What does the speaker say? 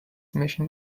mission